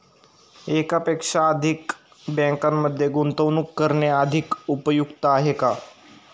एकापेक्षा अधिक बँकांमध्ये गुंतवणूक करणे अधिक उपयुक्त आहे का?